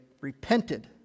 repented